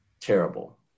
terrible